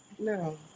No